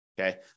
Okay